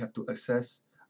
have to access